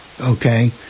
Okay